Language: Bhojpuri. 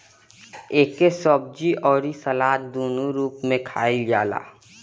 एके सब्जी अउरी सलाद दूनो रूप में खाईल जाला